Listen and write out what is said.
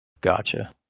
Gotcha